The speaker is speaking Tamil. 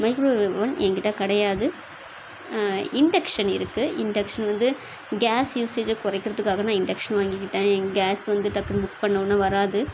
மைக்ரோவேவ் ஓவன் என் கிட்டே கிடையாது இண்டெக்ஷன் இருக்குது இண்டெக்ஷன் வந்து கேஸ் யூஸேஜ்ஜை குறைக்குறதுக்காக நான் இண்டெக்ஷன் வாங்கிக்கிட்டேன் கேஸ் வந்து டக்குன்னு புக் பண்ணோம்னால் வராது